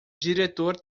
diretor